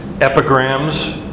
epigrams